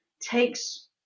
takes